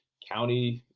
county,